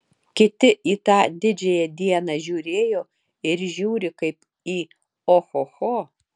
kiti į tą didžiąją dieną žiūrėjo ir žiūri kaip į ohoho